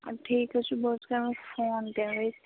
اَدٕ ٹھیٖک حظ چھُ بہٕ حظ کَرو فون تَمہِ وِز